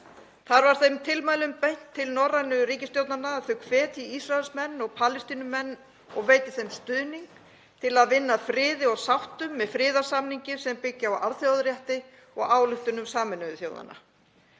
Þar var þeim tilmælum beint til norrænu ríkisstjórnanna að þau hvetji Ísraelsmenn og Palestínumenn og veiti þeim stuðning til að vinna að friði og sáttum með friðarsamningi sem byggi á alþjóðarétti og ályktunum Sameinuðu þjóðanna.